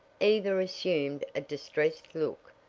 eva assumed a distressed look,